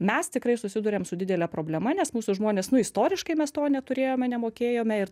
mes tikrai susiduriam su didele problema nes mūsų žmonės nu istoriškai mes to neturėjome nemokėjome ir